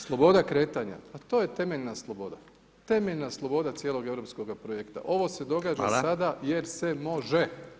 Sloboda kretanja pa to je temeljna sloboda, temeljna sloboda cijeloga europskoga projekta ovo se događa [[Upadica: Hvala.]] jer se može.